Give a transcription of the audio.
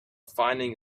finding